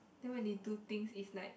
then when they do things is like